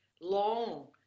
long